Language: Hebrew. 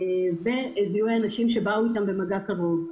וזיהוי האנשים שבאו איתם במגע קרוב.